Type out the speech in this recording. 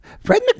Fred